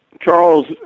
Charles